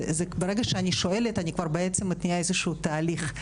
ברגע שאני שואלת אני כבר בעצם מתניעה איזשהו תהליך.